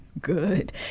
good